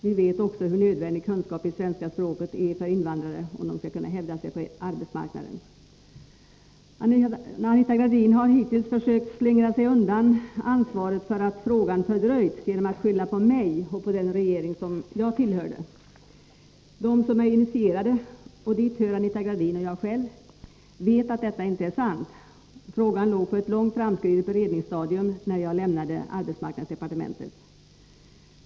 Vi vet också hur nödvändig kunskap i svenska språket är för invandrare, om de skall kunna hävda sig på arbetsmarknaden. Anita Gradin har hittills försökt slingra sig undan ansvaret för att frågan fördröjts genom att skylla på mig och på den regering jag tillhörde. De som är initierade — och dit hör Anita Gradin och jag själv — vet att detta inte är sant. Frågan låg på ett långt framskridet beredningsstadium när jag lämnade arbetsmarknadsdepartementet.